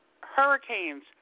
hurricanes